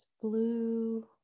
Blue